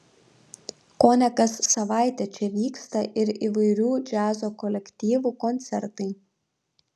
kone kas savaitę čia vyksta ir įvairių džiazo kolektyvų koncertai